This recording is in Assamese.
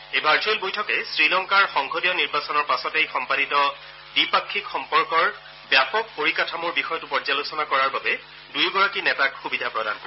এই ভাৰ্চুৱেল বৈঠকে শ্ৰীলংকাৰ সংসদীয় নিৰ্বাচনৰ পাছতেই সম্পাদিত দ্বিপাক্ষিক সম্পৰ্কৰ ব্যাপক পৰিকাঠামোৰ বিষয়টো পৰ্যালোচনা কৰাৰ বাবে দুয়োগৰাকী নেতাক সুবিধা প্ৰদান কৰিব